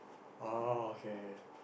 oh okay okay